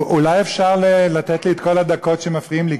אולי אפשר לתת לי את כל הדקות שמפריעים לי,